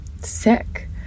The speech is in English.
sick